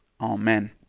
Amen